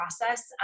process